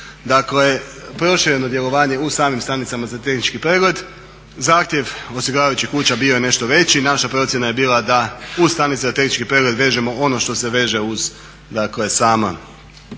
Dakle prošireno djelovanje u samim stanicama za tehnički pregled. Zahtjev osiguravajući kuća bio je nešto veći. Naša procjena je bila da u stanicama za tehnički pregled vežemo ono što se veže uz dakle samo